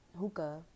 hookah